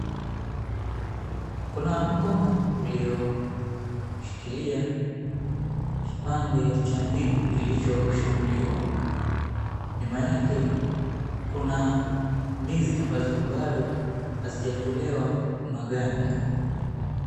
Kuna mkono ulioshikilia kipande cha ndizi kilichoshambuliwa. Nyuma yake kuna ndizi ambazo bado hazijatolewa maganda.